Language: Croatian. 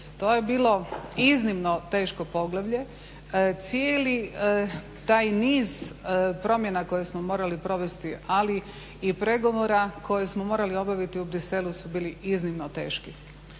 To je bilo iznimno teško poglavlje. Cijeli taj niz promjena koje smo morali provesti ali i pregovora koje smo morali obaviti u Bruxellesu su bili iznimno teški.